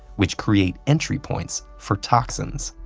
which create entry points for toxins.